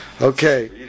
Okay